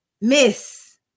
Miss